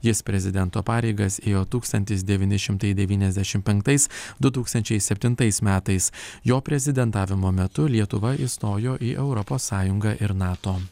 jis prezidento pareigas ėjo tūkstantis devyni šimtai devyniasdešim penktais du tūkstančiai septintais metais jo prezidentavimo metu lietuva įstojo į europos sąjungą ir nato